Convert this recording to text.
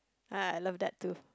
ya I love that too